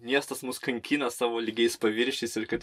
miestas mus kankina savo lygiais paviršiais ir kad